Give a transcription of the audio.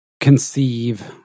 conceive